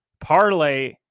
parlay